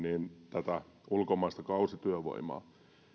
tätä ulkomaista kausityövoimaa